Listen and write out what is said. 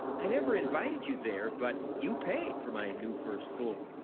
i never invited you there, but you paid for my new first floor.